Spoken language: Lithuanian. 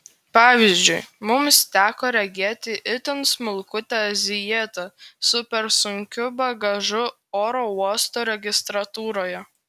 pavyzdžiui mums teko regėti itin smulkutę azijietę su per sunkiu bagažu oro uosto registratūroje